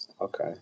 Okay